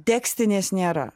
tekstinės nėra